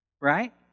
Right